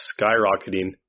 skyrocketing